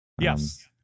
Yes